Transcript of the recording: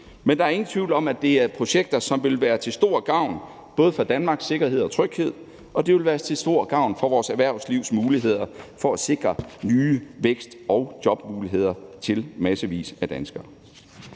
men der er ingen tvivl om, at det er projekter, som vil være til stor gavn både for Danmarks sikkerhed og tryghed og for vores erhvervslivs muligheder for at sikre nye vækst- og jobmuligheder til massevis af danskere.